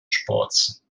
sports